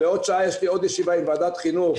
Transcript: בעוד שעה יש לי עוד ישיבה עם ועדת חינוך,